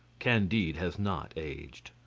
candide has not aged.